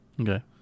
Okay